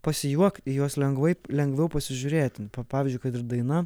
pasijuokt į juos lengvai lengviau pasižiūrėti pa pavyzdžiui kad ir daina